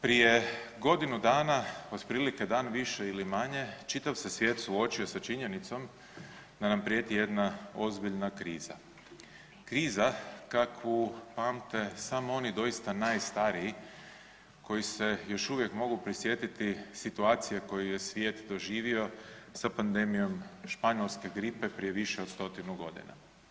Prije godinu dana otprilike dan više ili manje čitav se svijet suočio sa činjenicom da nam prijeti jedna ozbiljna kriza, kriza kakvu pamte samo oni doista najstariji koji se još uvijek mogu prisjetiti situacije koju je svijet doživio sa pandemijom španjolske gripe prije više od 100 godina.